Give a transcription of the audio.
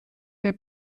der